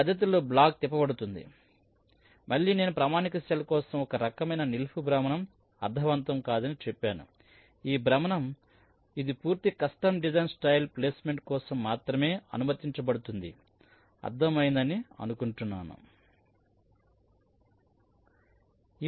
కాబట్టి ఈ పద్ధతిలో బ్లాక్ తిప్పబడుతుంది కానీ మళ్ళీ నేను ప్రామాణిక సెల్ కోసం ఈ రకమైన నిలువు భ్రమణం అర్ధవంతం కాదని చెప్పాను ఈ భ్రమణం ఇది పూర్తి కస్టమ్ డిజైన్ స్టైల్ ప్లేస్మెంట్ కోసం మాత్రమే అనుమతించబడుతుంది అర్థం అయింది అని అనుకుంటున్నాను